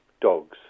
dogs